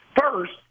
First